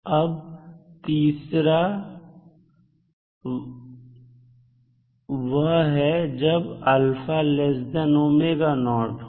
अब तीसरा की वह है जब हो